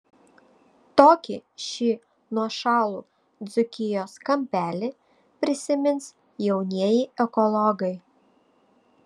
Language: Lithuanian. tokį šį nuošalų dzūkijos kampelį prisimins jaunieji ekologai